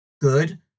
good